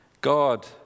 God